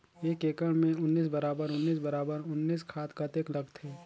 एक एकड़ मे उन्नीस बराबर उन्नीस बराबर उन्नीस खाद कतेक लगथे?